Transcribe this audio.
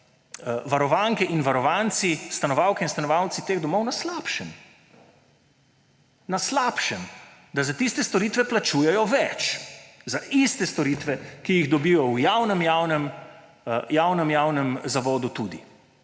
varovanke in varovanci, stanovalke in stanovalci teh domov na slabšem. Na slabšem! Da za iste storitve plačujejo več. Za iste storitve, ki jih dobijo v tudi javno javnem zavodu,